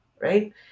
right